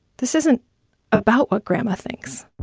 this isn't about what grandma thinks